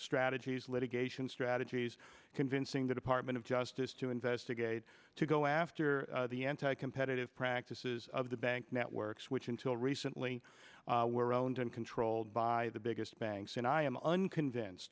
strategies litigation strategies convincing the department of justice to investigate to go after the anti competitive practices of the bank networks which until recently were owned and controlled by the biggest banks and i am unconvinc